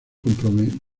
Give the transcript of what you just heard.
promovido